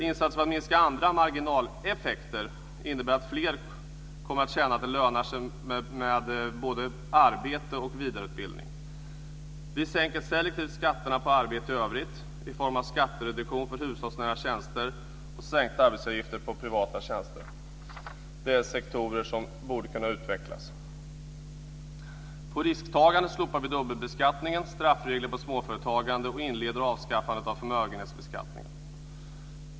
Insatser för att minska andra marginaleffekter innebär att fler kommer att känna att det lönar sig med både arbete och vidareutbildning. Vi sänker selektivt skatterna på arbete i övrigt i form av skattereduktion för hushållsnära tjänster och sänkta arbetsgivaravgifter på privata tjänster. Det är sektorer som borde kunna utvecklas. Beträffande risktagande slopar vi dubbelbeskattning, straffregler på småföretagande samtidigt som vi inleder avskaffandet av förmögenhetsbeskattningen.